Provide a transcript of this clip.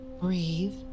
breathe